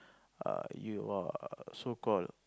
a you are so called